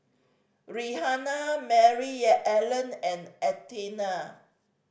Rihanna Maryellen and Athena